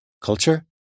Culture